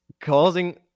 causing